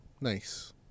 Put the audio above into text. Nice